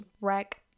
wreck